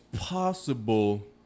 possible